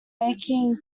making